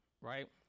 right